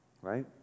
right